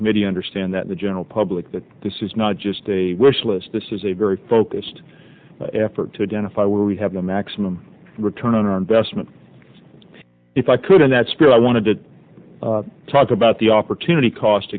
committee understand that the general public that this is not just a wish list this is a very focused effort to identify where we have the maximum return on our investment if i could in that spirit i want to talk about the opportunity cost